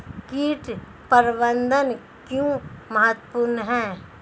कीट प्रबंधन क्यों महत्वपूर्ण है?